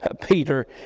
Peter